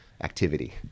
activity